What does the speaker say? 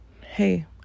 Hey